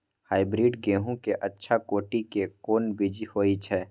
Hybrid गेहूं के अच्छा कोटि के कोन बीज होय छै?